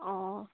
অঁ